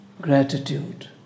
gratitude